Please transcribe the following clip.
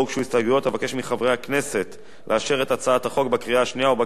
אבקש מחברי הכנסת לאשר את הצעת החוק בקריאה השנייה ובקריאה השלישית.